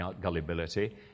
gullibility